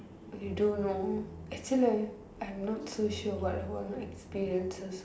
we don't know actually I'm not sure what I want to experiences